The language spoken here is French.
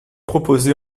proposé